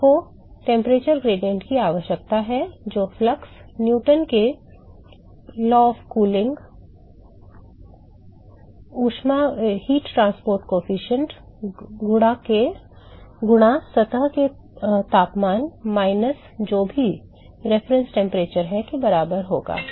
आपको तापमान प्रवणता की आवश्यकता है jo फ्लक्स न्यूटन के शीतलन प्रवाह का नियम Newton's law of cooling flux ऊष्मा परिवहन गुणांक गुणा सतह के तापमान minus जो भी संदर्भ तापमान है के बराबर होगा